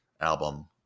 album